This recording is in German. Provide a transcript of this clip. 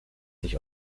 sich